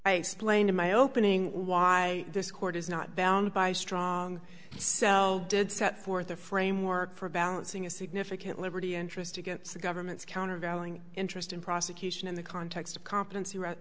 i explained in my opening why this court is not bound by strong so did set forth a framework for balancing a significant liberty interest against the government's countervailing interest in prosecution in the context of competency r